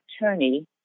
attorney